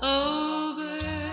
over